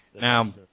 Now